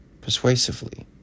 persuasively